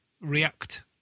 react